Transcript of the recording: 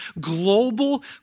global